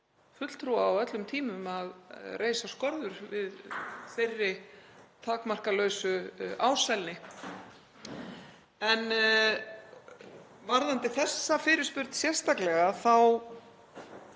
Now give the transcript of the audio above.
fulltrúa á öllum tímum að reisa skorður við þeirri takmarkalausu ásælni. En varðandi þessa fyrirspurn sérstaklega þá